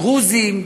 דרוזים,